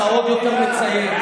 אתה עוד יותר מצייץ.